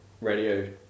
radio